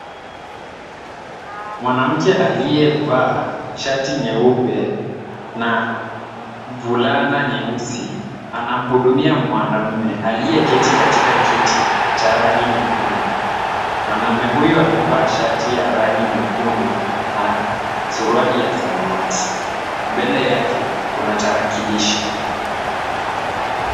Mwanamke aliyevaa shati nyeupe na fulana nyeusi, anamuhudumia mwanamme aliyeketi kwenye kiti cha rangi nyekundu, Mwanamme huyu amevaa shati ya rangi nyekundu na suruali ya samawati. Mbele yake kuna tarakilishi.